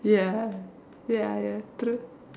ya ya ya true